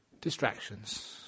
distractions